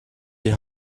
die